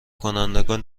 کنندگان